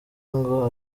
ngo